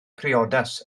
priodas